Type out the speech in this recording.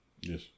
Yes